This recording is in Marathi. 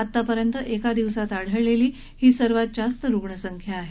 आतापर्यंत एका दिवसात आढळलेलीही सर्वात जास्त रुग्णसंख्या आहे